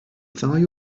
ddau